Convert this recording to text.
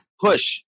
push